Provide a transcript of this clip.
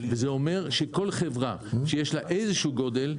וזה אומר שכל חברה שיש לה איזשהו גודל,